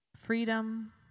freedom